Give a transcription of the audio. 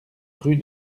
rue